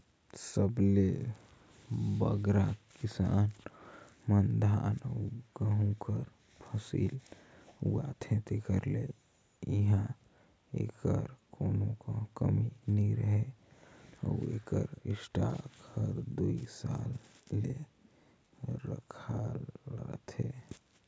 सबले बगरा किसान मन धान अउ गहूँ कर फसिल उगाथें तेकर ले इहां एकर कोनो कमी नी रहें अउ एकर स्टॉक हर दुई साल ले रखाल रहथे